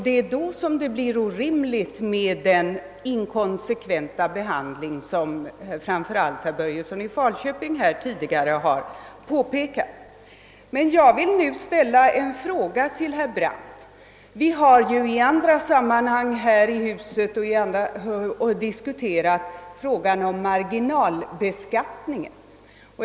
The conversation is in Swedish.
Det är då som det blir orimligt med den inkonsekventa behandling som framför allt herr Börjesson i Falköping här tidigare har påpekat. Jag vill nu ställa en fråga till herr Brandt. Vi har ju i andra sammanhang här i huset diskuterat frågan om marginalbeskattningen.